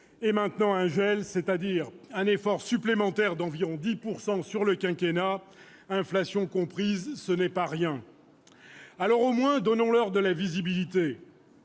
et maintenant un gel, c'est-à-dire un effort supplémentaire, d'environ 10 % sur le quinquennat, inflation comprise. Ce n'est pas rien ! Alors, au moins, donnons-leur de la visibilité.